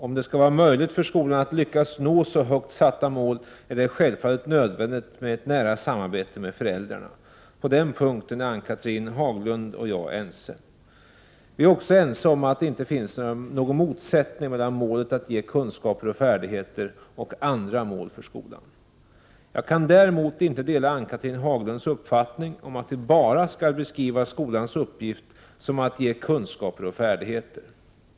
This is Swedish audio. Om det skall vara möjligt för skolan att lyckas nå så högt satta mål, är det självfallet nödvändigt med ett nära samarbete med föräldrarna. På den punkten är Ann-Cathrine Haglund och jag ense. Vi är också ense om att det inte finns någon motsättning mellan målet att ge kunskaper och färdigheter och andra mål för skolan. Jag kan däremot inte dela Ann-Cathrine Haglunds uppfattning om att vi bara skall beskriva skolans uppgift som att ge kunskaper och färdigheter.